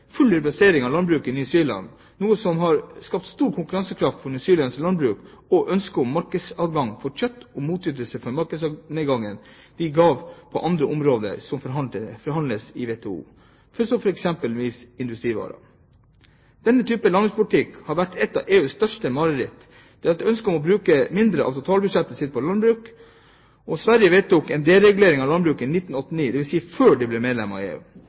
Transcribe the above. full liberalisering av landbruket i New Zealand, noe som har skapt stor konkurransekraft for New Zealands landbruk og et ønske om markedsadgang for kjøtt som motytelse for markedsadgangen de selv ga på andre områder som forhandles i WTO, eksempelvis industrivarer. Denne typen landbrukspolitikk har vært et av EUs største mareritt – de har et ønske om å bruke mindre av totalbudsjettet sitt på landbruk. Sverige vedtok deregulering av landbruket i 1989, dvs. før de ble medlem av EU.